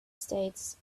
states